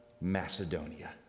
Macedonia